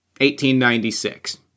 1896